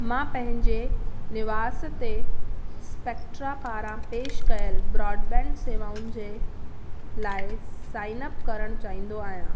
मां पंहिंजे निवास ते स्पेक्ट्रा पारां पेश कयल ब्रॉडबैंड सेवाउनि जे लाइ साईन अप करणु चाहींदो आहियां